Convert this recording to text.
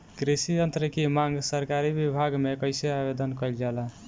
कृषि यत्र की मांग सरकरी विभाग में कइसे आवेदन कइल जाला?